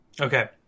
Okay